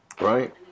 right